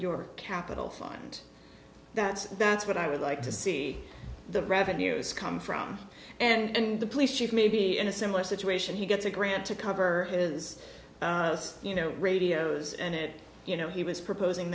your capital fund that's that's what i would like to see the revenues come from and the police chief maybe in a similar situation he gets a grant to cover his you know radios and it you know he was proposing